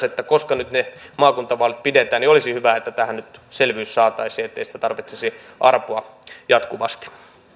että koska nyt ne maakuntavaalit pidetään olisi hyvä että selvyys saataisiin ettei sitä tarvitsisi arpoa jatkuvasti